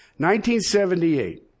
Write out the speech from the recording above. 1978